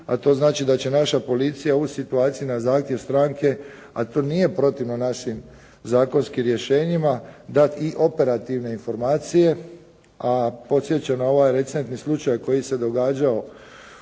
a to znači da će naša policija ovu situaciju na zahtjev stranke a to nije protivno našim zakonskim rješenjima dati i operativne informacije. A podsjećam na ovaj recentni slučaj koji se događao